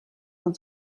von